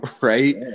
Right